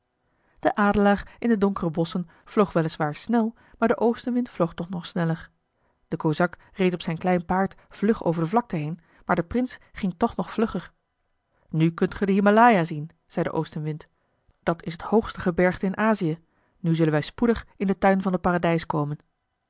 de adelaar in de donkere bosschen vloog wel is waar snel maar de oostenwind vloog toch nog sneller de kozak reed op zijn klein paard vlug over de vlakte heen maar de prins ging toch nog vlugger nu kunt ge den himalaya zien zei de oostenwind dat is het hoogste gebergte in azië nu zullen wij spoedig in den tuin van het paradijs komen